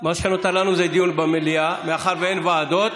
מה שנותר לנו זה דיון במליאה, מאחר שאין ועדות.